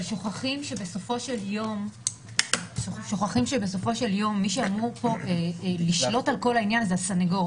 אבל שוכחים שבסופו של יום מי שאמור לשלוט על כל העניין זה הסנגור.